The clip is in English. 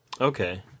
Okay